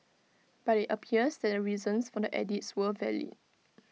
but IT appears that the reasons for the edits were valid